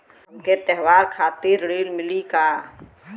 हमके त्योहार खातिर ऋण मिली का?